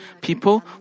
people